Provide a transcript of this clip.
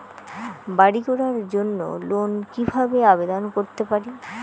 বাড়ি করার জন্য লোন কিভাবে আবেদন করতে পারি?